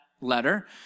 letter